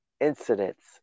incidents